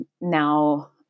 now